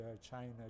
China